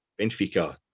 Benfica